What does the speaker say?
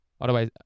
otherwise